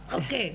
אוקיי,